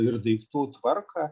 ir daiktų tvarką